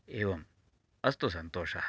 एवम् अस्तु सन्तोषः